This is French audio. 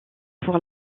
pour